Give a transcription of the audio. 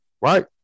right